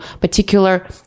particular